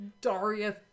Daria